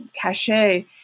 cachet